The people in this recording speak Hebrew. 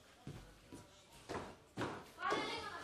כי עמדה כאן קודם חברת כנסת שטענה: מה אנחנו עושים.